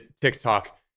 TikTok